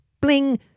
bling